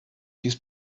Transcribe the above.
dies